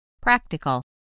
Practical